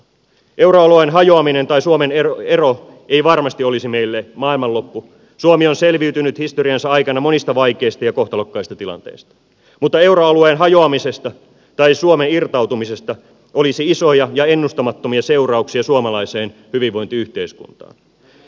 euroalueen hajoaminen tai suomen ero ei varmasti olisi meille maailmanloppu suomi on selviytynyt historiansa aikana monista vaikeista ja kohtalokkaista tilanteista mutta euroalueen hajoamisesta tai suomen irtautumisesta olisi isoja ja ennustamattomia seurauksia suomalaiseen hyvinvointiyhteiskuntaan